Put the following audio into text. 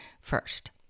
first